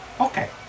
Okay